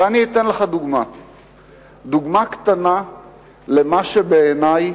ואני אתן לך דוגמה קטנה למה שבעיני,